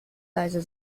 leise